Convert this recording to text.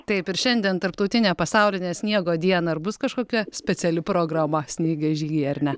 taip ir šiandien tarptautinę pasaulinę pasaulinę sniego dieną ar bus kažkokia speciali programa snaigės žygyje ar ne